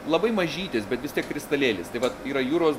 labai mažytis bet vis tiek kristalėlis taip vat yra jūros